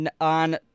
on